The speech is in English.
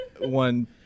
one